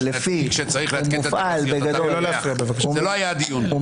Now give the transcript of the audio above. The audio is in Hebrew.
זה לא היה הדיון.